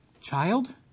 Child